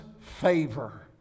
favor